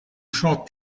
short